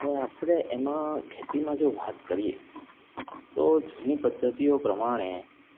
હવે આપણે એમાં ખેતીમાં જો વાત કરીએ તો જૂની પદ્ધતિઓ પ્રમાણે